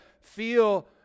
feel